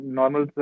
normal